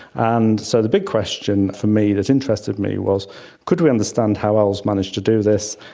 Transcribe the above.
and so the big question for me that interested me was could we understand how owls managed to do this,